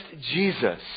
Jesus